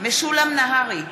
משולם נהרי,